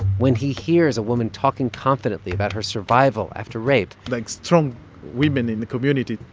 when he hears a woman talking confidently about her survival after rape. like strong women in the community.